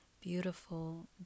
beautiful